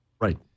Right